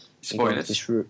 spoilers